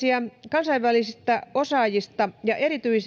kansainvälisistä osaajista ja